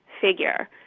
figure